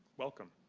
welcome.